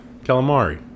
calamari